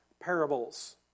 parables